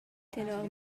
tenor